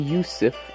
Yusuf